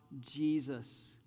Jesus